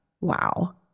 Wow